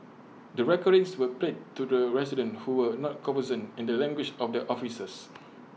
the recordings were played to the residents who were not conversant in the language of the officers